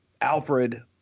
Alfred